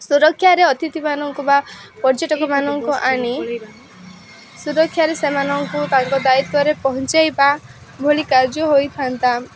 ସୁରକ୍ଷାରେ ଅତିଥିମାନଙ୍କୁ ବା ପର୍ଯ୍ୟଟକମାନଙ୍କୁ ଆଣି ସୁରକ୍ଷାରେ ସେମାନଙ୍କୁ ତାଙ୍କ ଦାୟିତ୍ୱରେ ପହଞ୍ଚାଇବା ଏଭଳି କାର୍ଯ୍ୟ ହୋଇଥାନ୍ତା